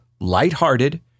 lighthearted